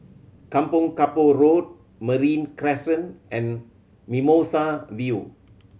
Kampong Kapor Road Marine Crescent and Mimosa View